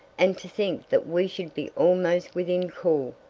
and to think that we should be almost within call!